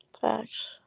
Thanks